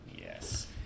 Yes